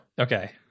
Okay